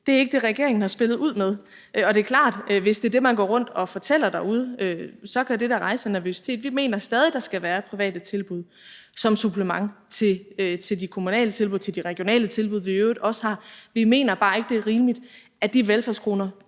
Det er ikke det, regeringen har spillet ud med. Og det er klart, at hvis det er det, man går rundt og fortæller derude, så kan det da rejse en nervøsitet. Vi mener stadig, at der skal være private tilbud som supplement til de kommunale tilbud og til de regionale tilbud, vi i øvrigt også har; vi mener bare ikke, det er rimeligt, at de velfærdskroner,